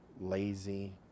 lazy